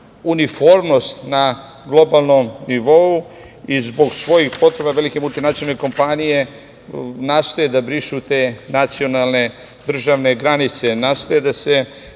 uniformnost na globalnom nivou i zbog svojih potreba velike multinacionalne kompanije nastoje da brišu te nacionalne, državne granice. Nastoje da se